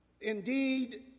Indeed